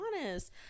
honest